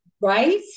right